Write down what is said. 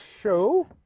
show